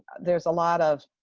there's a lot of,